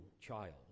child